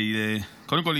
קודם כול,